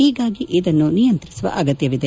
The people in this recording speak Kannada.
ಹೀಗಾಗಿ ಇದನ್ನು ನಿಯಂತ್ರಿಸುವ ಅಗತ್ಯವಿದೆ